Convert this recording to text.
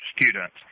students